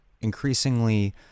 increasingly